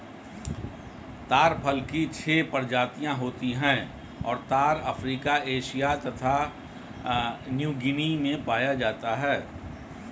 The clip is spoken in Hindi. ताड़ फल की छह प्रजातियाँ होती हैं और ताड़ अफ्रीका एशिया तथा न्यूगीनी में पाया जाता है